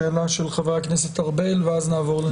שאלה של חבר הכנסת ארבל ואז נעבור לנציג הסנגוריה.